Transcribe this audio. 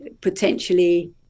potentially